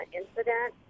incident